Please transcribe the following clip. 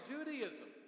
Judaism